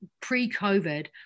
pre-COVID